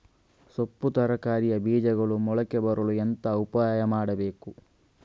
ಸೊಪ್ಪು ತರಕಾರಿಯ ಬೀಜಗಳು ಮೊಳಕೆ ಬರಲು ಎಂತ ಉಪಾಯ ಮಾಡಬೇಕು?